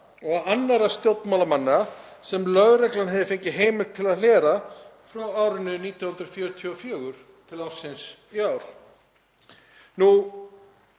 og annarra stjórnmálamanna sem lögreglan hefur fengið heimildir til að hlera frá árinu 1944 til ársins í ár.